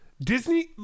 Disney